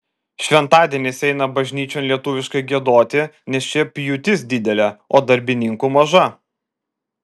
šventadieniais eina bažnyčion lietuviškai giedoti nes čia pjūtis didelė o darbininkų maža